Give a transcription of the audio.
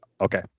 Okay